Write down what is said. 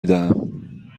دهم